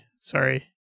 Sorry